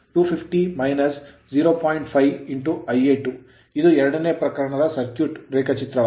5Ia2 ಇದು ಎರಡನೇ ಪ್ರಕರಣದ circuit ಸರ್ಕ್ಯೂಟ್ ರೇಖಾಚಿತ್ರವಾಗಿದೆ